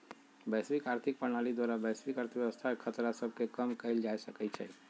वैश्विक आर्थिक प्रणाली द्वारा वैश्विक अर्थव्यवस्था के खतरा सभके कम कएल जा सकइ छइ